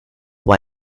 why